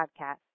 podcast